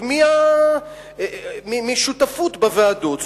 משותפות בוועדות,